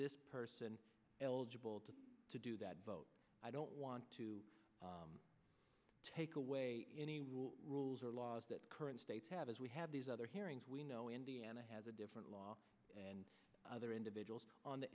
this person eligible to to do that vote i don't want to take away any rules or laws that current states have as we have these other hearings we know indiana has a different law and other individuals on the